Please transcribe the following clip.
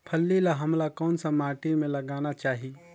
फल्ली ल हमला कौन सा माटी मे लगाना चाही?